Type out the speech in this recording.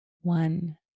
one